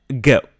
go